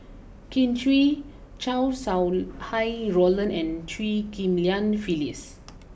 Kin Chui Chow Sau Hai Roland and Chew Ghim Lian Phyllis